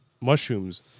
mushrooms